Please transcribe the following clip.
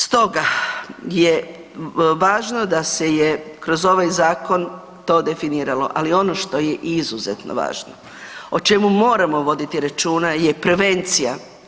Stoga, je važno da se je kroz ovaj zakon to definiralo, ali ono što je i izuzetno važno o čemu moramo voditi računa je prevencija.